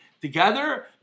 Together